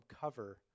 cover